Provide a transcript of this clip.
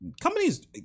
Companies